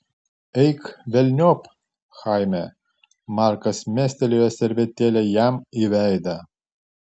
eik velniop chaime markas mestelėjo servetėlę jam į veidą